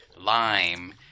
lime